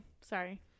sorry